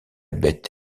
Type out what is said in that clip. bête